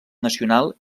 nacional